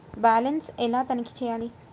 Balance ఎలా తనిఖీ చేయాలి?